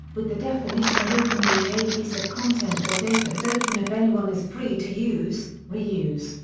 with the definition of open being a piece of content or data is open if anyone is free to use, reuse,